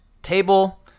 table